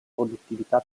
produttività